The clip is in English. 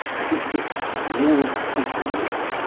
and his lippes blowes at his nose,